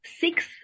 six